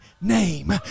name